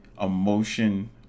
emotion